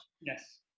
yes